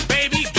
Baby